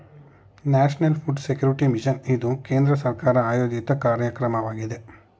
national food security mission ಇದು ಕೇಂದ್ರ ಸರ್ಕಾರ ಆಯೋಜಿತ ಕಾರ್ಯಕ್ರಮವಾಗಿದೆ